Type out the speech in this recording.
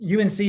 UNC